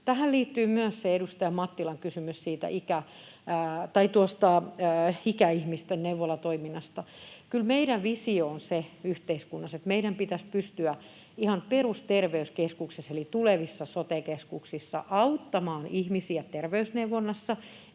Tähän liittyy myös se edustaja Mattilan kysymys ikäihmisten neuvolatoiminnasta. Kyllä meidän visio yhteiskunnassa on se, että meidän pitäisi pystyä ihan perusterveyskeskuksissa eli tulevissa sote-keskuksissa auttamaan ihmisiä terveysneuvonnassa,